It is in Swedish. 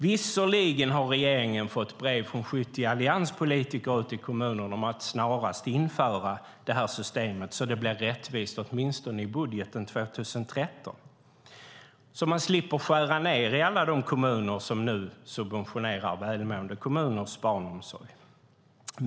Visserligen har regeringen fått brev från 70 allianspolitiker ute i kommunerna om att snarast införa systemet så att det blir rättvist åtminstone i budgeten 2013. Då slipper man skära ned i alla de kommuner som nu subventionerar välmående kommuners barnomsorg.